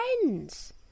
friends